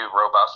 robust